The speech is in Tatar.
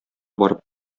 барып